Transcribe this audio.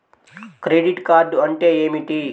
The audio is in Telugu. క్రెడిట్ కార్డ్ అంటే ఏమిటి?